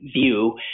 view